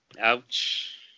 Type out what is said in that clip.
Ouch